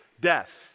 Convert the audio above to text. death